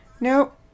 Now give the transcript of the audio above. Nope